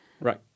Right